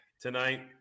tonight